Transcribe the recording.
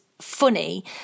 funny